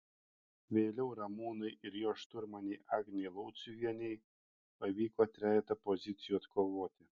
vėliau ramūnui ir jo šturmanei agnei lauciuvienei pavyko trejetą pozicijų atkovoti